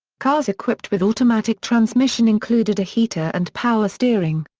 cars equipped with automatic transmission included a heater and power steering.